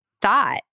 thought